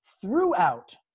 throughout